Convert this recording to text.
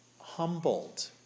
humbled